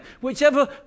whichever